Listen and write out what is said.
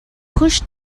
push